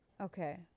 Okay